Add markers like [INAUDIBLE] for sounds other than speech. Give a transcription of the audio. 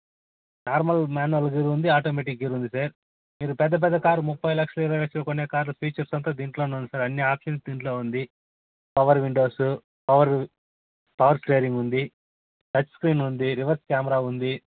normal manual gear ఉంది automatic gear ఉంది sir మీరు పెద్ద పెద్ద కారు ముప్పై లక్షలు ఇరవై లక్షలు కొనే కారు ఫీచర్స్ అంతా దీంట్లోనే ఉంటాయి సార్ అన్నీ ఆప్షన్స్ దీంట్లో ఉంది పవర్ విండోస్ పవర్ [UNINTELLIGIBLE] ఉంది టచ్ స్క్రీన్ ఉంది రివర్స్ కెమెరా ఉంది